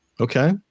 Okay